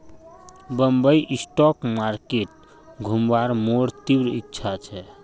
Bombay stock market घुमवार मोर तीव्र इच्छा छ